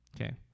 Okay